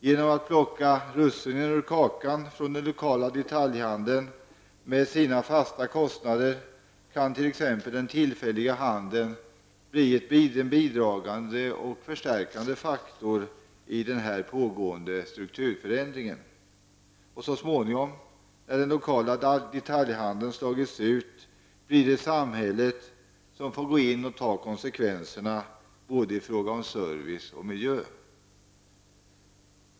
Genom att plocka russinen ur kakan från den lokala detaljhandeln med sina fasta kostnader kan t.ex. den tillfälliga handeln bli en bidragande och förstärkande faktor i den pågående strukturförändringen. Så småningom, när den lokala detaljhandeln slagits ut, blir det samhället som får gå in och ta konsekvenserna i fråga om både service och miljö.